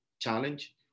challenge